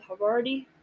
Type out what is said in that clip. Havarti